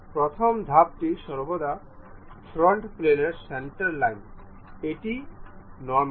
প্রথম ধাপটি সর্বদা ফ্রন্ট প্লেনের সেন্টার লাইন এটির অভিলম্ব